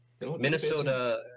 Minnesota